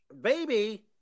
baby